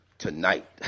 tonight